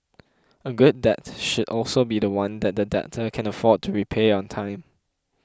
a good debt should also be one that the debtor can afford to repay on time